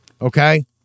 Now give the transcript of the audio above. Okay